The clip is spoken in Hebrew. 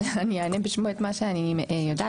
אבל אני אענה בשמו את מה שאני יודעת.